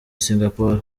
singapore